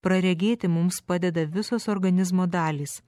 praregėti mums padeda visos organizmo dalys